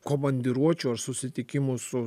komandiruočių ar susitikimų su